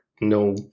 no